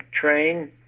train